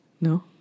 No